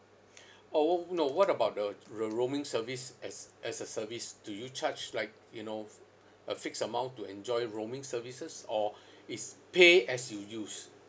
orh no what about the r~ roaming service as as a service do you charge like you know f~ a fixed amount to enjoy roaming services or is pay as you use